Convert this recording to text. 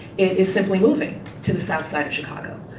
it is simply moving to the south side of chicago.